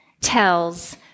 tells